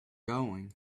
going